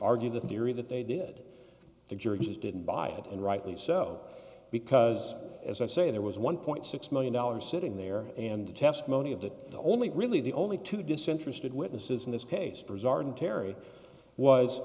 argue the theory that they did the germans didn't buy it and rightly so because as i say there was one point six million dollars sitting there and the testimony of that the only really the only two disinterested witnesses in this case for terry was